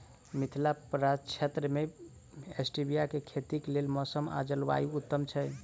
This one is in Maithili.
मिथिला प्रक्षेत्र मे स्टीबिया केँ खेतीक लेल मौसम आ जलवायु उत्तम छै?